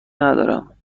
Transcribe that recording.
ندارم